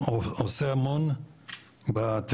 המון בתכנון,